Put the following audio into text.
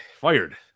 fired